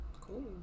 Cool